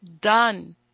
done